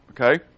Okay